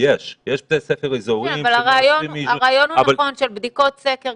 יש בתי ספר אזוריים אבל --- הרעיון הוא נכון של בדיקות סקר,